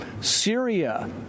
Syria